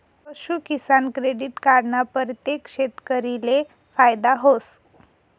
पशूकिसान credit card ना परतेक शेतकरीले फायदा व्हस